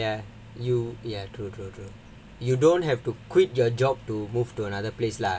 oh ya you ya true true true you don't have to quit your job to move to another place lah